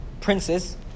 princes